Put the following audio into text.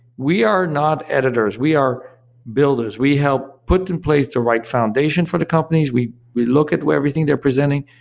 we are not editors, we are builders. we help put in place the right foundation for the companies, we we look at everything they're presenting,